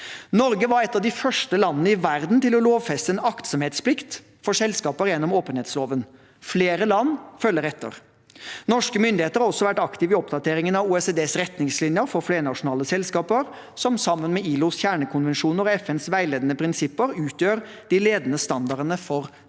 Norge var et av de første landene i verden til å lovfeste en aktsomhetsplikt for selskaper gjennom åpenhetsloven. Flere land følger etter. Norske myndigheter har også vært aktive i oppdateringen av OECDs retningslinjer for flernasjonale selskaper, som sammen med ILOs kjernekonvensjoner og FNs veiledende prinsipper utgjør de ledende standardene for ansvarlig